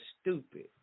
stupid